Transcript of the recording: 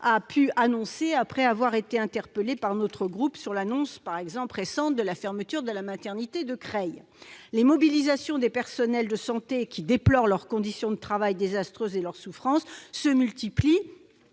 a pu indiquer après avoir été interpellée par notre groupe à la suite de l'annonce récente de la fermeture de la maternité de Creil. Les mobilisations des personnels de santé, qui dénoncent leurs conditions de travail désastreuses et se trouvent souvent